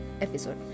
episode